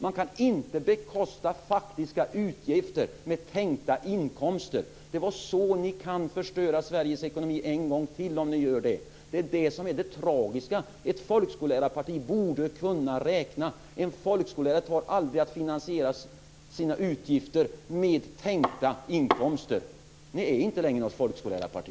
Man kan inte bekosta faktiska utgifter med tänkta inkomster. Ni kan förstöra Sveriges ekonomi en gång till om ni gör det. Det är det som är det tragiska. Ett folkskollärarparti borde kunna räkna. En folkskollärare finansierar aldrig sina utgifter med tänkta inkomster. Ni är inte längre något folkskollärarparti!